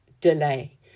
delay